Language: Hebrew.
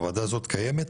הוועדה הזו קיימת,